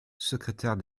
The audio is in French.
secrétaire